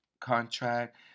contract